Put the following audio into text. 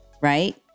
right